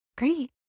Great